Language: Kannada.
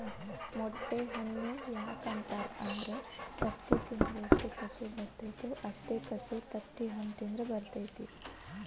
ಮೊಟ್ಟೆ ಹಣ್ಣು ಯಾಕ ಅಂತಾರ ಅಂದ್ರ ತತ್ತಿ ತಿಂದ್ರ ಎಷ್ಟು ಕಸು ಬರ್ತೈತೋ ಅಷ್ಟೇ ಕಸು ತತ್ತಿಹಣ್ಣ ತಿಂದ್ರ ಬರ್ತೈತಿ